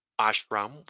ashram